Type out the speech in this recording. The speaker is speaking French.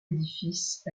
édifice